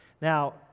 Now